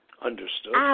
understood